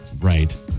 right